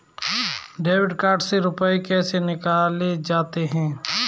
Debit card से रुपये कैसे निकाले जाते हैं?